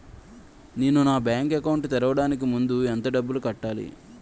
నేను నా bank account తెరవడానికి ముందు ఎంత డబ్బులు కట్టాలి?